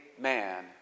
man